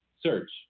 search